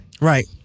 Right